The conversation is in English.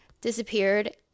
disappeared